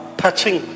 touching